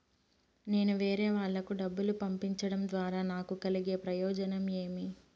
నేను వేరేవాళ్లకు డబ్బులు పంపించడం ద్వారా నాకు కలిగే ప్రయోజనం ఏమి?